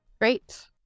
Great